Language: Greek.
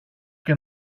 και